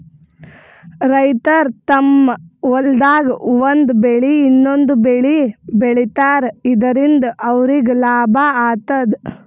ರೈತರ್ ತಮ್ಮ್ ಹೊಲ್ದಾಗ್ ಒಂದ್ ಬೆಳಿ ಇನ್ನೊಂದ್ ಬೆಳಿ ಬೆಳಿತಾರ್ ಇದರಿಂದ ಅವ್ರಿಗ್ ಲಾಭ ಆತದ್